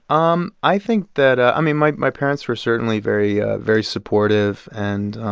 um i think that ah i mean, my my parents were certainly very ah very supportive and.